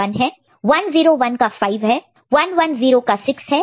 0 0 1 का 1 है 1 0 1 का 5 है 1 1 0 का 6 है और 1 0 0 का 4 है